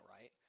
right